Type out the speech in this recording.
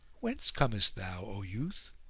whence comest thou, o youth?